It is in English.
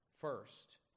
First